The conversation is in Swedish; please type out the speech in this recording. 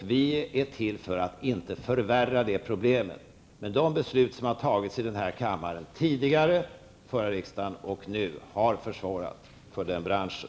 Vi är till för att inte förvärra de problemen. Men de beslut som tidigare har fattats i denna kammare under förra riksmötet och nu har försvårat för den branschen.